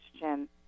question